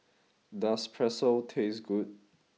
does Pretzel taste good